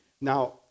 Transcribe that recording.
now